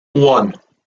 one